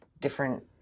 different